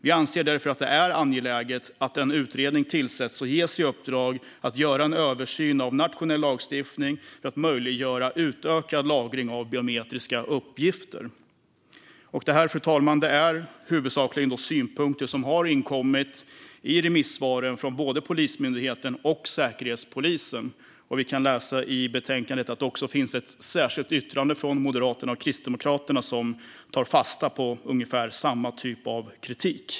Vi anser därför att det är angeläget att en utredning tillsätts och ges i uppdrag att göra en översyn av nationell lagstiftning för att möjliggöra utökad lagring av biometriska uppgifter. Fru talman! Detta är huvudsakligen synpunkter som har inkommit i remissvaren från både Polismyndigheten och Säkerhetspolisen. I betänkandet finns också ett särskilt yttrande från Moderaterna och Kristdemokraterna som tar fasta på ungefär samma kritik.